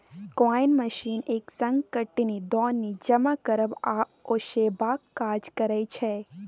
combine machine एक संग कटनी, दौनी, जमा करब आ ओसेबाक काज करय छै